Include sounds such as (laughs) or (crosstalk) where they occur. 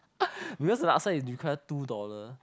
(laughs) because the laksa is require two dollar